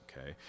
okay